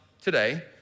today